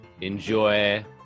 Enjoy